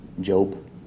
Job